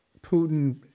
Putin